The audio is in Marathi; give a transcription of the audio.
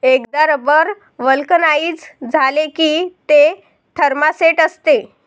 एकदा रबर व्हल्कनाइझ झाले की ते थर्मोसेट असते